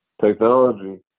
technology